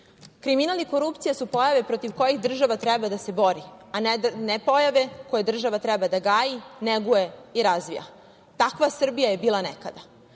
Đilasu. Kriminal i korupcija su pojave protiv kojih država treba da se bori, a ne pojave koje država treba da gaji, neguje i razvija. Takva Srbija je bila nekada.